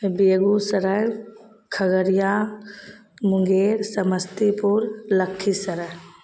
Begusarai Khagaria Munger Samastipur Lakhisarai